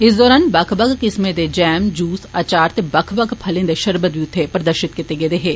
इस दौरान बक्ख बक्ख किस्में दे जैम जूस अचार ते बक्ख बक्ख फलें दे षरबत बी उत्थे प्रदर्षित कीते गेदे हे